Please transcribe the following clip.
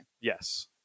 Yes